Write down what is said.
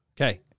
Okay